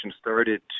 started